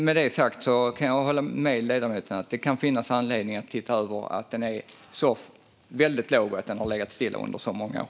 Med det sagt kan jag hålla med ledamoten om att det kan finnas anledning att se över att dagersättningen är så väldigt låg och har legat still under så många år.